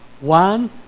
one